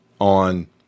on